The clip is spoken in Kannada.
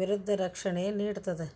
ವಿರುದ್ಧ ರಕ್ಷಣೆ ನೇಡ್ತದ